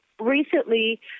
recently